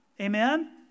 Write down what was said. amen